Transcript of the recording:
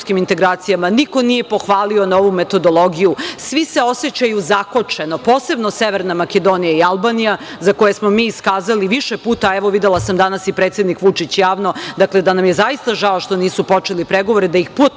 Niko nije pohvalio novu metodologiju, svi se osećaju zakočeno, posebno Severna Makedonija i Albanija, za koje smo mi iskazali više puta, a evo videla sam danas i predsednik Vučić javno da nam je zaista žao što nisu počeli pregovore, da ih